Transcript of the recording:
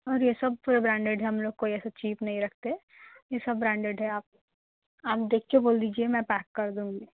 اور یہ سب فل برانڈیڈ ہیں ہم لوگ کو یہ سب چیپ نہیں رکھتے یہ سب برانڈیڈ ہے آپ آپ دیکھ کے بول دیجیے میں پیک کر دوں گی